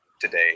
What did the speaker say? today